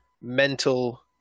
mental